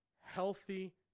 healthy